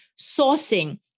sourcing